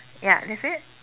ya that's it